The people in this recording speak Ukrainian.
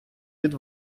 від